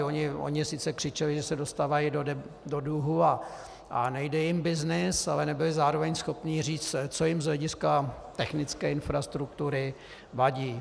Oni sice křičeli, že se dostávají do dluhů a nejde jim byznys, ale nebyli zároveň schopni říct, co jim z hlediska technické infrastruktury vadí.